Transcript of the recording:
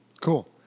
Cool